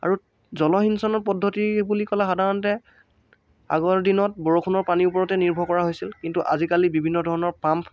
আৰু জলসিঞ্চনৰ পদ্ধতি বুলি ক'লে সাধাৰণতে আগৰ দিনত বৰষুণৰ পানীৰ ওপৰতে নিৰ্ভৰ কৰা হৈছিল কিন্তু আজিকালি বিভিন্ন ধৰণৰ পাম্প